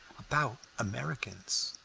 about americans.